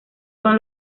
son